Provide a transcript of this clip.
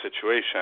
situation